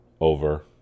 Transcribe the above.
over